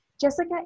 Jessica